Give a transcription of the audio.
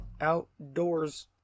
outdoors